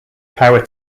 power